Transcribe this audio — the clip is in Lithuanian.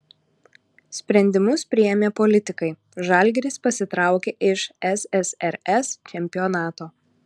sprendimus priėmė politikai žalgiris pasitraukė iš ssrs čempionato